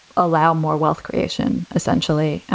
allow more wealth creation, essentially,